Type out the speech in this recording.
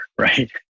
right